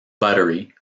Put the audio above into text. buttery